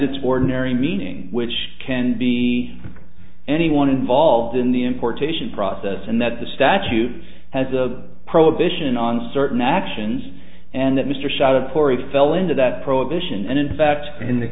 its board unary meaning which can be anyone involved in the importation process and that the statute has a prohibition on certain actions and that mr shot of corey fell into that prohibition and in fact in the